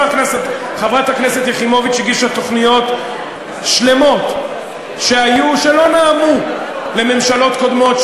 חברת הכנסת יחימוביץ הגישה תוכניות שלמות שלא נעמו לממשלות קודמות.